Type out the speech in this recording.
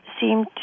seem